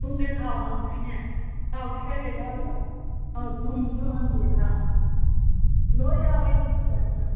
ꯍꯣꯏꯅꯦ ꯊꯥꯎ ꯍꯪꯗ꯭ꯔꯤꯅꯦ ꯊꯥꯎꯗꯤ ꯀꯩ ꯀꯩ ꯌꯥꯎꯔꯤꯕ ꯑꯣ ꯊꯨꯝꯁꯨ ꯍꯪꯗꯦ ꯑꯥ ꯂꯣꯏ ꯌꯥꯎꯋꯦꯅꯦ ꯑꯗꯨꯗꯤ ꯑꯥ